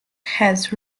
has